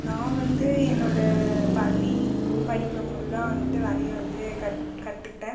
நான் வந்து என்னோடய பள்ளி படிக்கும் போது தான் வந்துட்டு வரைய வந்து கத் கற்றுக்கிட்டேன்